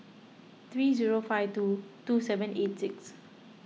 three zero five two two seven eight six